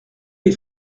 les